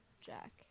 jack